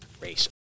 race